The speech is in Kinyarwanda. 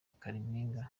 kalimpinya